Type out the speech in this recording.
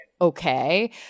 okay